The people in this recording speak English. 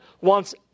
wants